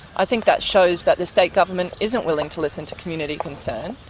i think that shows that the state government isn't willing to listen to community concern.